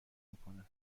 میکنن